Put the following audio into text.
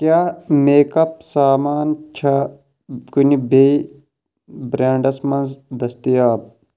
کیٛاہ میکَپ سامان چھا کُنہِ بیٚیہِ برٛینٛڈَس منٛز دٔستیاب